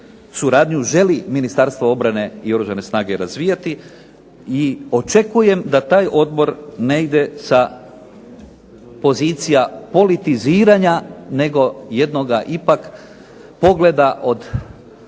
suradnju želi Ministarstvo obrane i oružane snage razvijati i očekujem da taj odbor negdje sa pozicija politiziranja nego jednoga ipak pogleda od,